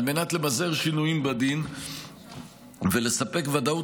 על מנת למזער שינויים בדין ולספק לשוק ודאות